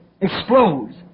explodes